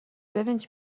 ببین